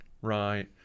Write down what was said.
Right